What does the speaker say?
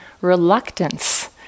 reluctance